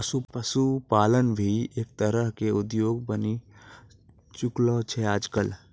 पशुपालन भी एक तरह के उद्योग बनी चुकलो छै आजकल